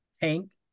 tank